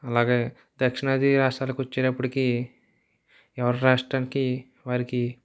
అలాగే దక్షిణాది రాష్ట్రాలకి వచ్చేటప్పటికి ఎవరి రాష్ట్రానికి వారికి